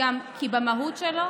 כי במהות שלו